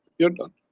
you're done,